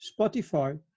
Spotify